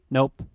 Nope